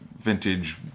vintage